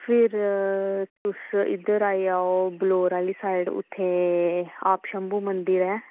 फिर तुस आई जाओ तुस बलौर आह्ली साइड ते उत्थें आप शम्भु मंदर ऐ